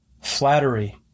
flattery